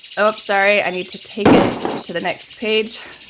oh, sorry. i need to take it to the next page.